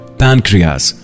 pancreas